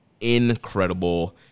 incredible